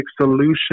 solution